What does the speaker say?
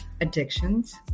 addictions